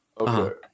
Okay